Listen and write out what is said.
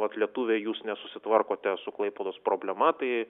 vat lietuviai jūs nesusitvarkote su klaipėdos problema tai